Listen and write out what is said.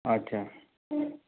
अच्छा